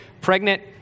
pregnant